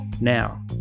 Now